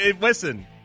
Listen